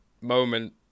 moment